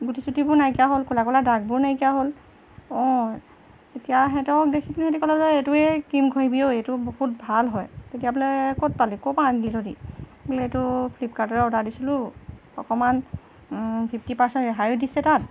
গুটি চুটিবোৰ নাইকিয়া হ'ল ক'লা ক'লা দাগবোৰো নাইকিয়া হ'ল অঁ এতিয়া সিহঁতক দেখি পিনি সিহঁতি ক'লে যে এইটোৱেই ক্ৰীম ঘঁহিবি ঐ এইটো বহুত ভাল হয় তেতিয়া বোলে ক'ত পালি ক'ৰপৰা আনিলি তহঁতি বোলে এইটো ফ্লিপকাৰ্টতে অৰ্ডাৰ দিছিলোঁ অকণমান ফিফটি পাৰ্চেণ্ট ৰেহায়ো দিছে তাত